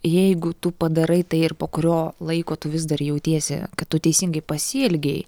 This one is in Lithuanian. jeigu tu padarai tai ir po kurio laiko tu vis dar jautiesi kad tu teisingai pasielgei